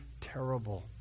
terrible